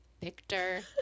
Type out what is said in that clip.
victor